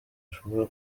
ashobora